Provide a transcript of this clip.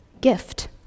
gift